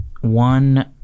one